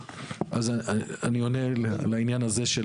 בסדר, אז אני עונה לעניין הזה.